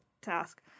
task